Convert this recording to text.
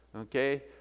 Okay